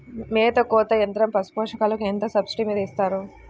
మేత కోత యంత్రం పశుపోషకాలకు ఎంత సబ్సిడీ మీద ఇస్తారు?